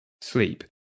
sleep